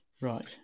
Right